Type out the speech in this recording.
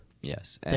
Yes